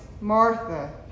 Martha